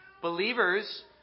Believers